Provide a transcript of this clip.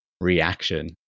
reaction